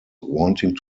wanting